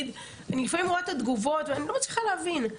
אני לפעמים רואה את התגובות ואני לא מצליחה להבין,